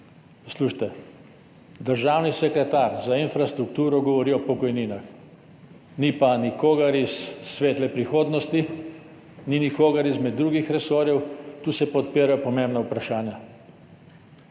Poslušajte, državni sekretar za infrastrukturo govori o pokojninah, ni pa nikogar iz svetle prihodnosti, ni nikogar izmed drugih resorjev, tu se pa odpirajo pomembna vprašanja.